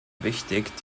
wichtig